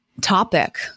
topic